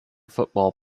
football